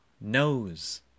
nose